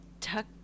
Tuck